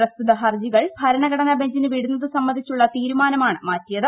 പ്രസ്തുത ഹർജികൾ ഭരണഘടനാ ബഞ്ചിന് വിടുന്നത് സംബന്ധിച്ചുള്ള തീരുമാനമാണ് മാറ്റിയത്